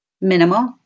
minimal